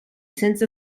senza